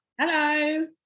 hello